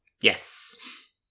Yes